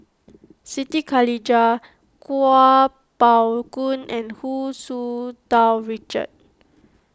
Siti Khalijah Kuo Pao Kun and Hu Tsu Tau Richard